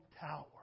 tower